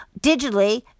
digitally